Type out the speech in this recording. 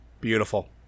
Beautiful